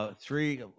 three